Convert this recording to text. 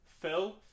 Phil